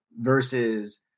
versus